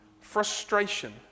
frustration